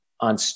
on